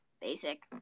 Basic